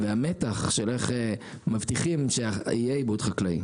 המתח של איך מבטיחים שיהיה עיבוד חקלאי,